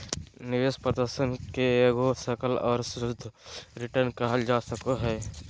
निवेश प्रदर्शन के एगो सकल और शुद्ध रिटर्न कहल जा सको हय